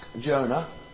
Jonah